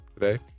today